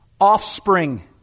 offspring